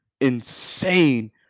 insane